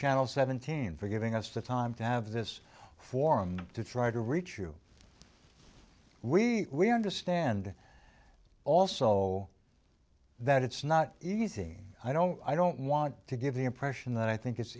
channel seventeen for giving us the time to have this forum to try to reach you we understand also that it's not easy i don't i don't want to give the impression that i think it's